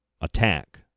attack